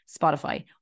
Spotify